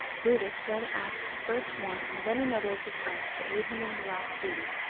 brutus then asked first one and then another of his friends to aid him in the last duty,